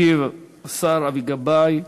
ישיב השר אבי גבאי.